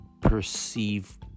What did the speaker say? perceive